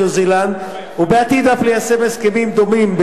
ניו-זילנד ובעתיד אף ליישם הסכמים דומים,